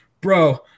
bro